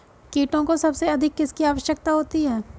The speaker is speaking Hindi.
कीटों को सबसे अधिक किसकी आवश्यकता होती है?